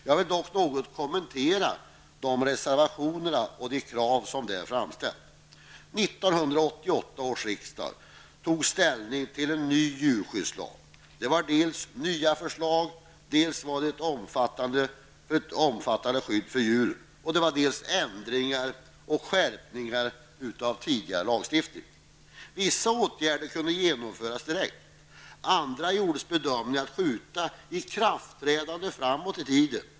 Jag vill dock något kommentera reservationerna och de krav som framställts där. 1988 års riksdag tog ställning till en ny djurskyddslag. Den innehöll dels nya förslag till ett omfattande skydd för djuren, dels ändringar och skärpningar av tidigare lagstiftning. Vissa åtgärder kunde genomföras direkt, när det gäller andra gjordes bedömningen att man skulle skjuta ikraftträdandet framåt i tiden.